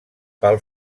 pel